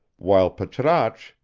whilst patrasche,